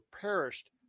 perished